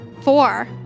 Four